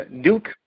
Duke